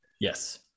Yes